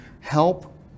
help